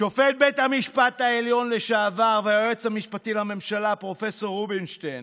שופט בית המשפט העליון והיועץ המשפטי לממשלה לשעבר פרופ' רובינשטיין